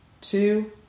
two